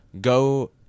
go